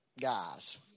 guys